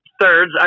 thirds